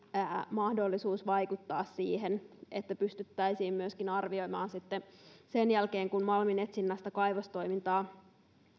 mahdollisuus vaikuttaa siihen että pystyttäisiin myöskin arvioimaan sitä sitten sen jälkeen kun malminetsinnästä kaivostoimintaa